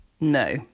No